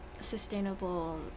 sustainable